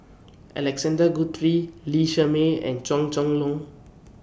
Alexander Guthrie Lee Shermay and Chua Chong Long